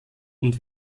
und